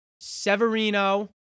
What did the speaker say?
Severino